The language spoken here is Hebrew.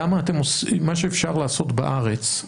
מה שאפשר לעשות בארץ,